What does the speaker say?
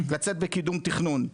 לצאת בקידום תכנון,